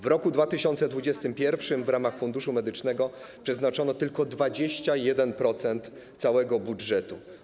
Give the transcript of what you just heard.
W roku 2021 w ramach Funduszu Medycznego przeznaczono na to tylko 21% całego budżetu.